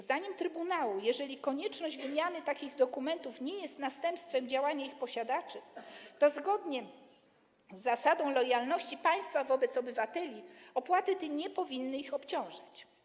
Zdaniem trybunału jeżeli konieczność wymiany takich dokumentów nie jest następstwem działania ich posiadaczy, to zgodnie z zasadą lojalności państwa wobec obywateli opłaty te nie powinny ich obciążać.